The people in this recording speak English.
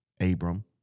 Abram